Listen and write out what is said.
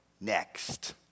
next